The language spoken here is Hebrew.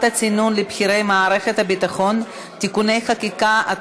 הצינון לבכירי מערכת הביטחון (תיקוני חקיקה),